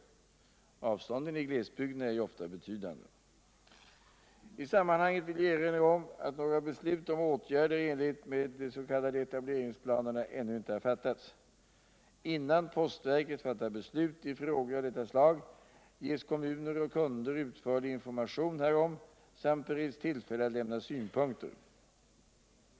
Avstånden i glesbygderna ir ju ofta betvdande. I sammanhaneget vill jag erinra om att några beslut om åtgärder I enlighet med de s.k. etableringsplanerna ännu inte har fattats. Innan postverket fattar beslut i frågor av detta slag ges kommuner och kunder utförlig information härom samt bereds tillfälle att lämna synpunkter.